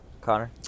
Connor